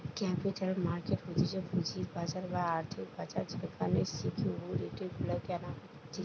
capital market হতিছে পুঁজির বাজার বা আর্থিক বাজার যেখানে সিকিউরিটি গুলা কেনা হতিছে